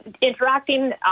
interacting